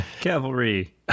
Cavalry